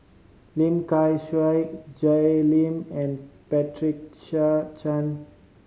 Lim Kay Siu Jay Lim and Patricia Chan